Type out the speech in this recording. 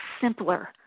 simpler